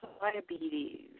diabetes